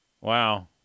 Wow